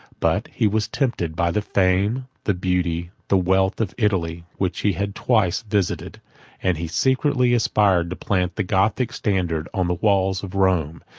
but he was tempted by the fame the beauty, the wealth of italy, which he had twice visited and he secretly aspired to plant the gothic standard on the walls of rome,